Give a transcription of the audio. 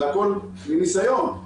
מניסיון,